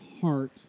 heart